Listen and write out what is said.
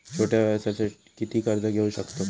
छोट्या व्यवसायासाठी किती कर्ज घेऊ शकतव?